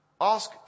Ask